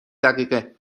دقیقه